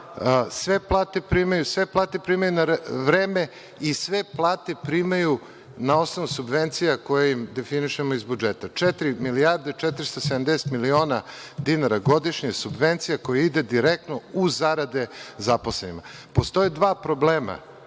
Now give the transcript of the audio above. sve plate primaju na vreme i sve plate primaju na osnovu subvencija koje im definišemo iz budžeta. Četiri milijarde 470 miliona dinara godišnje je subvencija koja ide direktno uz zarade zaposlenima. Postoje dva problema,